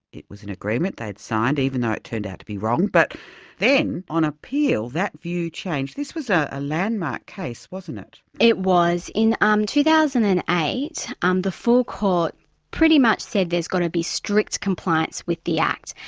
it was an agreement they'd signed, even though it turned out to be wrong, but then on appeal that view changed. this was ah a landmark case, wasn't it? it was. in um two thousand and eight, um the full court pretty much said there's got to be strict compliance with the act.